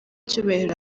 icyubahiro